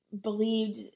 believed